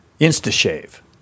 Insta-shave